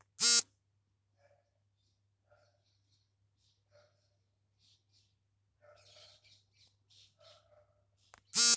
ಭಾರತ ವಿಶ್ವದ ಎರಡನೇ ದೊಡ್ ಅಕ್ಕಿ ಉತ್ಪಾದಕವಾಗಯ್ತೆ ಮತ್ತು ವಿಶ್ವದಲ್ಲೇ ದೊಡ್ ಅಕ್ಕಿ ರಫ್ತುದಾರವಾಗಯ್ತೆ